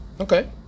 Okay